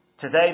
Today